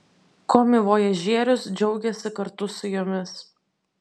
komivojažierius džiaugėsi kartu su jomis